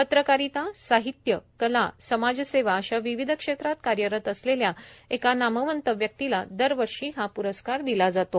पत्रकारिता साहित्य कला समाजसेवा अशा विविध क्षेत्रात कार्यरत असलेल्या एका नामवंत व्यक्तीला दरवर्षी हा पुरस्कार दिला जातो